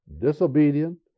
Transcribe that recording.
disobedient